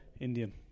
Indian